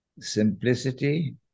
simplicity